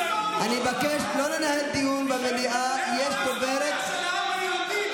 חבר הכנסת נאור, נא לכבד את הדוברת הבאה.